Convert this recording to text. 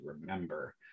remember